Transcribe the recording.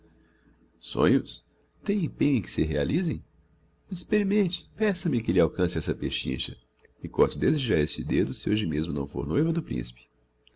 são sonhos sonhos tem empenho em que se realisem experimente peça me que lhe alcance essa pechincha e corto desde já este dedo se hoje mesmo não fôr noiva do principe